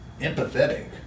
empathetic